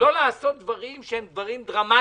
לא לעשות דברים דרמטיים,